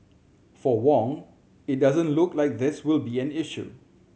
for Wong it doesn't look like this will be an issue